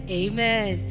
amen